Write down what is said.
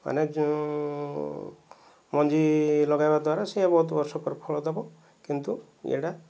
ମାନେ ମଞ୍ଜି ଲଗାଇବା ଦ୍ଵାରା ସେ ବହୁତ ବର୍ଷ ପରେ ଫଳ ଦେବ କିନ୍ତୁ ଏହିଗୁଡ଼ା